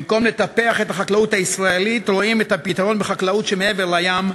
במקום לטפח את החקלאות הישראלית רואים את הפתרון בחקלאות שמעבר לים.